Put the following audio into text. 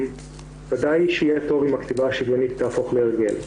ודאי שיהיה טוב אם הכתיבה השוויונית תהפוך להרגל.